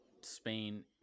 Spain